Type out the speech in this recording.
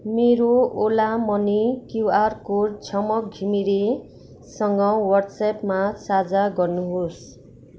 मेरो Ola money QR code Jhamak घिमिरेसँग वाट्सएपमा साझा गर्नुहोस्